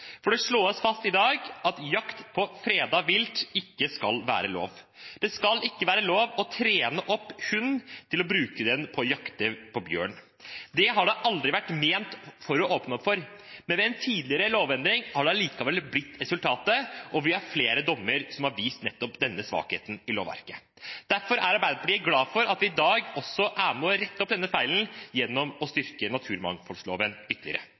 for det slås fast i dag at jakt på fredet vilt ikke skal være lov. Det skal ikke være lov å trene opp en hund til å jakte på bjørn. Det har det aldri vært ment å åpne opp for, men ved en tidligere lovendring har dette likevel blitt resultatet, og vi har flere dommer som har vist nettopp denne svakheten i lovverket. Derfor er Arbeiderpartiet glad for at vi i dag også er med og retter opp denne feilen gjennom å styrke naturmangfoldloven ytterligere.